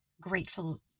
grateful